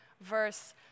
verse